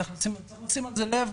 צריך לשים לזה לב,